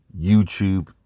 YouTube